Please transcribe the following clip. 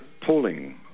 polling